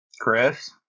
Chris